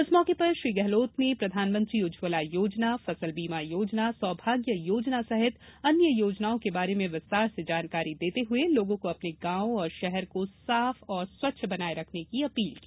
इस मौके पर श्रीगेहलोत ने प्रधानमंत्री उज्जवला योजना फसल बीमा योजना सौभाग्य योजना सहित अन्य योजनाओं के बारे में विस्तार से जानकारी देते हुए लोगों को अपने गांव और शहर को साफ स्वच्छ बनाये रखने की अपील की